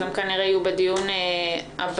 הם כנראה יהיו בדיון הבא.